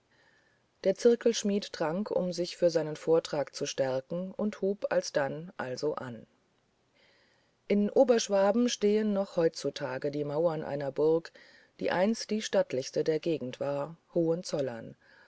der zirkelschmidt trank um sich zu seinem vortrag zu stärken und hub alsdann also an die sage vom hirschgulden in oberschwaben stehen noch heutzutage die mauern einer burg die einst die stattlichste der gegend war hohenzollern